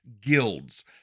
guilds